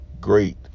great